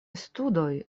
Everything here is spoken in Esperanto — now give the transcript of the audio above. studoj